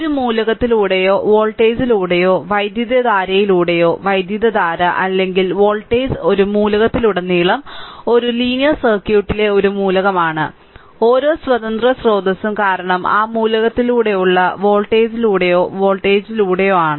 ഒരു മൂലകത്തിലൂടെയോ വോൾട്ടേജിലൂടെയോ വൈദ്യുതധാരയിലൂടെയുള്ള വൈദ്യുതധാര അല്ലെങ്കിൽ വോൾട്ടേജ് ഒരു മൂലകത്തിലുടനീളം ഒരു ലീനിയർ സർക്യൂട്ടിലെ ഒരു മൂലകമാണ് ഓരോ സ്വതന്ത്ര സ്രോതസ്സും കാരണം ആ മൂലകത്തിലൂടെയുള്ള വോൾട്ടേജിലൂടെയോ വോൾട്ടേജിലൂടെയോ ആണ്